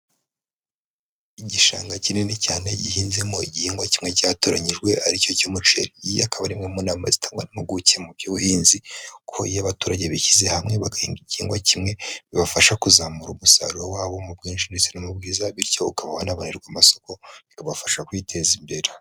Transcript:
Igishanga kinini cyane gihinzemo igihingwa kimwe cyatoranyijwe, ari cyo cy'umuceri. Iyi akaba ari imwe mu nama zitangwa n'impuguke mu by'ubuhinzi, ko iyo abaturage bishyize hamwe bagahinga igihingwa kimwe, bibafasha kuzamura umusaruro wabo mu bwinshi ndetse no mu bwiza, bityo ukaba wanabarirwa amasoko, bikabafasha kwiteza imbere.